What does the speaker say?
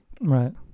Right